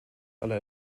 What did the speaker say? alle